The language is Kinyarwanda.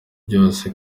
rwose